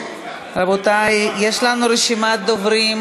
נכון, עברה בקריאה טרומית.